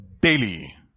daily